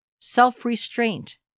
self-restraint